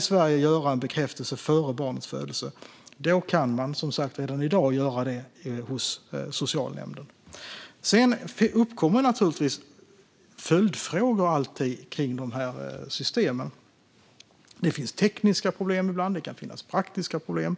Sverige vill göra en bekräftelse före barnets födelse kan man som sagt redan i dag göra det hos socialnämnden. Sedan uppkommer naturligtvis alltid följdfrågor kring dessa system. Det finns tekniska problem ibland, och det kan finnas praktiska problem.